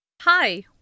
Hi